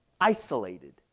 isolated